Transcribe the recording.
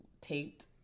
taped